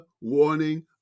warning